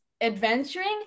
adventuring